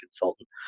consultant